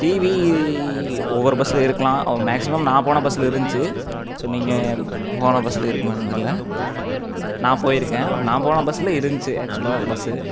TV ஒவ்வொரு பஸ்ஸில் இருக்கலாம் மேக்சிமம் நான் போன பஸ்ஸில் இருந்துச்சு ஸோ நீங்கள் போன பஸ்ஸில் இருக்குமான்னு தெரியல நான் போயிருக்கேன் நான் போன பஸ்ஸில் இருந்துச்சு ஆக்சுவலாக பஸ்ஸு